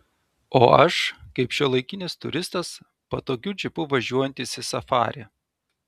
o aš kaip šiuolaikinis turistas patogiu džipu važiuojantis į safarį